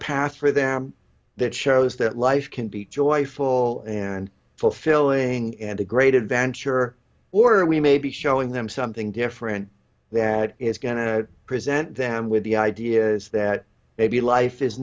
path for them that shows that life can be joyful and fulfilling and a great adventure or we may be showing them something different that is going to present them with the ideas that maybe life is